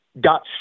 got